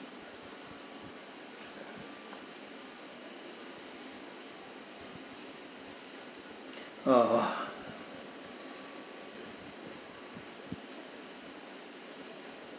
orh